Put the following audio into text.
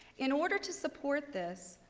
in order to support this,